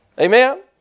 Amen